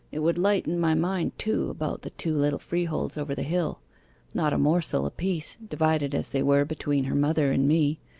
it would lighten my mind, too, about the two little freeholds over the hill not a morsel a-piece, divided as they were between her mother and me,